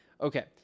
Okay